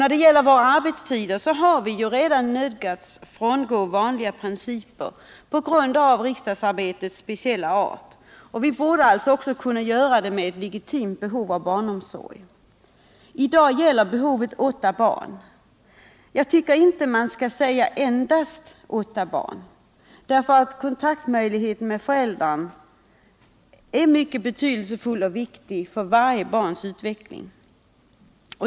När det gäller våra arbetstider har vi redan nödgats frångå vanliga principer på grund av riksdagsarbetets speciella art. Vårt legitima behov av barnomsorg borde mot den bakgrunden kunna tillgodoses. I dag gäller behovet åtta barn — jag tycker inte att man skall säga ”endast åtta barn”, eftersom kontaktmöjligheten med föräldern är mycket betydelsefull och viktig för varje barns utveckling.